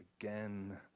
again